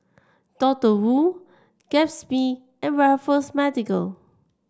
Doctor Wu Gatsby and Raffles Medical